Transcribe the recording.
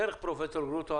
דרך פרופ' גרוטו,